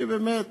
שהיא באמת